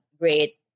great